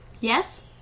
Yes